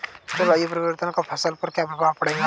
जलवायु परिवर्तन का फसल पर क्या प्रभाव पड़ेगा?